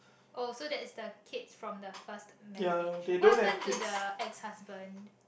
oh so that's the kids from the first marriage what happen to the ex husband